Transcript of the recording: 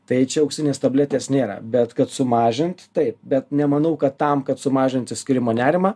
tai čia auksinės tabletės nėra bet kad sumažint taip bet nemanau kad tam kad sumažint išsiskyrimo nerimą